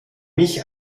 mich